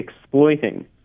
exploiting